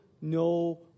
no